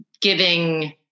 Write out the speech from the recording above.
giving